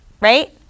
right